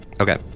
Okay